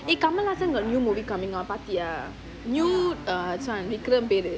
eh நீ:nee kamal haasan got new movie coming out பாத்தியா விக்ரம் பெரு:paathiya vikram peru